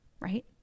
right